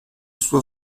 suo